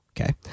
Okay